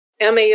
MAO